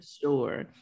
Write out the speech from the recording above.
sure